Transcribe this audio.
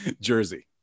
Jersey